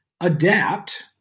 adapt